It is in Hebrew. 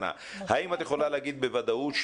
האם את יכולה להגיד בוודאות,